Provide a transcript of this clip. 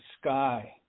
sky